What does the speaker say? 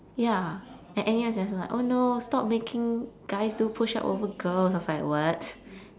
ya at N_U_S there's like oh no stop making guys do push-ups over girls I was like what